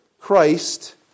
Christ